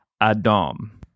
Adam